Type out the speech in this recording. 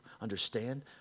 Understand